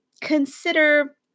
consider